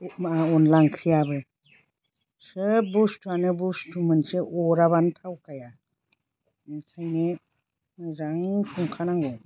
माबा अनद्ला ओंख्रियाबो सोब बुस्थुआनो बुस्थु मोनसे अराब्लानो थावखाया ओंखायनो मोजां संखानांगौ